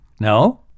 No